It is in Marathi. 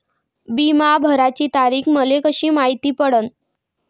बिमा भराची तारीख मले कशी मायती पडन?